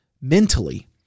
mentally